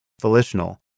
volitional